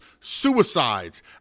Suicides